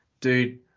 Dude